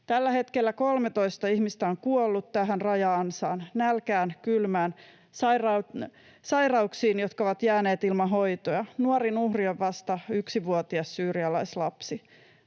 Tällä hetkellä 13 ihmistä on kuollut tähän raja-ansaan nälkään, kylmään, sairauksiin, jotka ovat jääneet ilman hoitoja. Nuorin uhri on vasta yksivuotias syyrialaislapsi.